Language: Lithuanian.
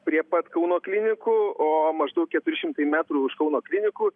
prie pat kauno klinikų o maždaug keturi šimtai metrų už kauno klinikų